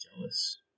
jealous